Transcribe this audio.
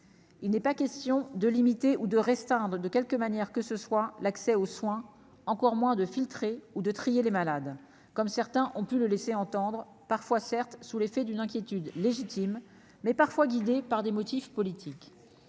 il n'est pas question de limiter ou de restreindre de quelque manière que ce soit l'accès aux soins, encore moins de filtrer ou de trier les malades comme certains ont pu le laisser entendre parfois certes sous l'effet d'une inquiétude légitime mais parfois guidé par des motifs politiques,